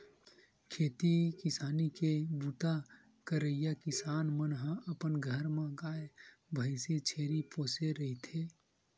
खेती किसानी के बूता करइया किसान मन ह अपन घर म गाय, भइसी, छेरी पोसे रहिथे